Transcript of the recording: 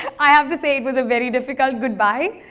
i have to say, it was a very difficult goodbye.